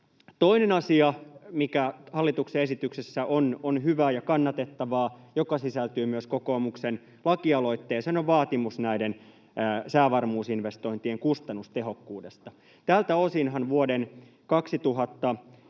Toinen asia, mikä hallituksen esityksessä on hyvää ja kannatettavaa, joka sisältyy myös kokoomuksen lakialoitteeseen, on vaatimus näiden säävarmuusinvestointien kustannustehokkuudesta. Tältä osinhan vuoden 2013